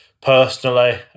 Personally